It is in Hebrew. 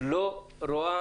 לא רואה